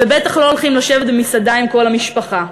ובטח לא הולכים לשבת במסעדה עם כל המשפחה.